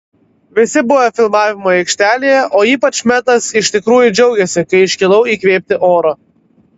visi buvę filmavimo aikštelėje o ypač metas iš tikrųjų džiaugėsi kai iškilau įkvėpti oro